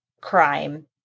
crime